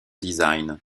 design